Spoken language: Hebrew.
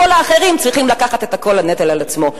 האחרים צריכים לקחת את כל הנטל על עצמם.